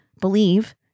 believe